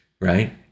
right